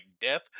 death